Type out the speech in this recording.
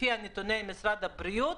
לפי נתוני משרד הבריאות,